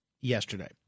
yesterday